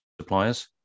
suppliers